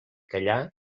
callar